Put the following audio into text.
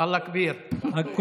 אללה כביר, אלוהים גדול.